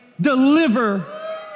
deliver